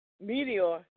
Meteor